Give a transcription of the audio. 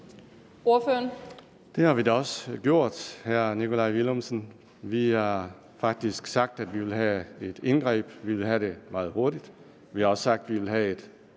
Det har vi da også gjort, vil jeg sige til hr. Nikolaj Villumsen. Vi har faktisk sagt, at vi ville have et indgreb, at vi ville have det meget hurtigt. Vi har også sagt, at vi ville have et